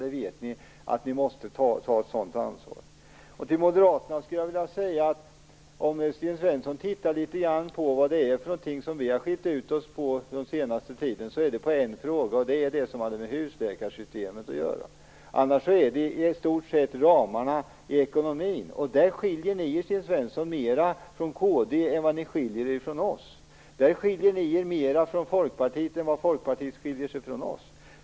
Vi vet att vi måste ta ett ansvar. Till Moderaterna skulle jag vilja säga att det är en fråga som skilt oss åt, och det är den som har med husläkarsystemet att göra. När det gäller ramarna i ekonomin skiljer ni er moderater, Sten Svensson, mera från kd än från oss och mera från Folkpartiet än Folkpartiet från oss.